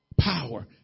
power